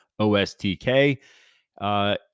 OSTK